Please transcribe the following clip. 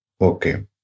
Okay